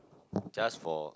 just for